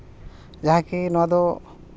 ᱡᱟᱜᱮ ᱱᱚᱣᱟᱫᱚ